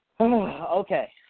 Okay